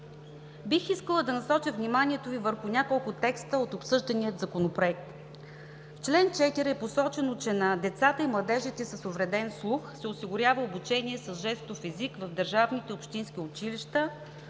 Бих искала да насоча вниманието Ви върху няколко текста от обсъждания Законопроект. В чл. 4 е посочено, че на децата и младежите с увреден слух се осигурява обучение с жестов език в държавните и общински училища.